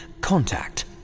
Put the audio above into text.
contact